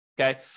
Okay